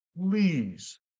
please